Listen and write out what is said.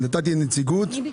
נתתי לנציגות -- גם אני ביקשתי,